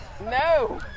No